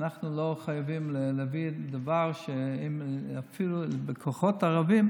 אנחנו לא חייבים להביא איזה דבר שאפילו בכוחות ערבים,